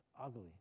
ugly